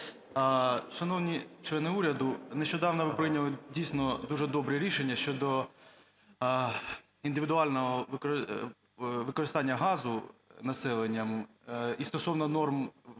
Шановні члени уряду, нещодавно ви прийняли, дійсно, дуже добре рішення щодо індивідуального використання газу населенням і стосовно норм споживання,